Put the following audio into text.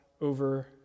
over